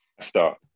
Start